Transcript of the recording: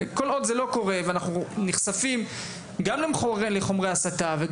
אבל כשאנחנו נחשפים לחומרי הסתה בספרי לימוד,